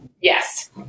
Yes